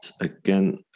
again